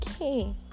okay